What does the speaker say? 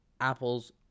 Apple's